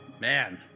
Man